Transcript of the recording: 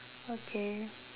okay